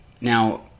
Now